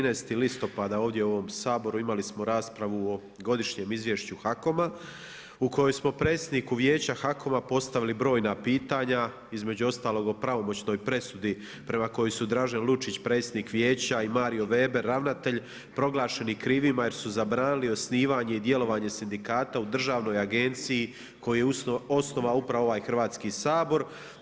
13. listopada ovdje u ovom Saboru imali smo raspravu o godišnjem izvješću HAKOM-a u kojoj smo predsjedniku vijeća HAKOM-a postavili brojna pitanja, između ostalog o pravomoćnoj presudi prema kojoj su Dražen Lučić, predsjednik vijeća, i Mario Veber ravnatelj, proglašeni krivima jer su zabranili osnivanje i djelovanje sindikata u državnoj agenciji koji je osnovao upravo ovaj Hrvatski sabor.